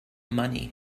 money